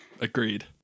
Agreed